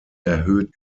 erhöht